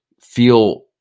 feel